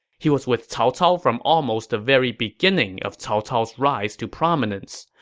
he was with cao cao from almost the very beginning of cao cao's rise to prominence.